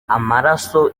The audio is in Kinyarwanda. amaraso